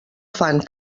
fan